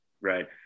right